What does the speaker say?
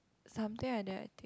something like that